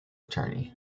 attorney